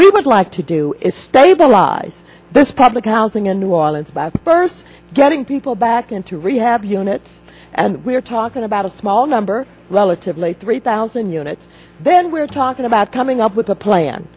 we would like to do is stabilize this public housing in new orleans by first getting people back into rehab units and we're talking about a small number relatively three thousand units then we're talking about coming up with a plan